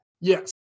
Yes